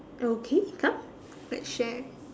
okay come let's share